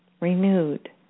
renewed